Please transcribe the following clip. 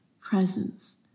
presence